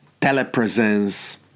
telepresence